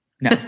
no